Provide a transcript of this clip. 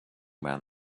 man